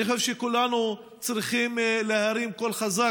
אני חושב שכולנו צריכים להרים קול חזק